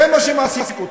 זה מה שמעסיק אתכם: